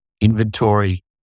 inventory